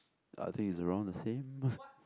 I think is around the same